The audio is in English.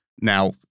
now